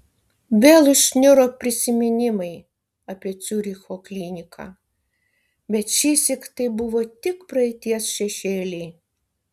vėl išniro prisiminimai apie ciuricho kliniką bet šįsyk tai buvo tik praeities šešėliai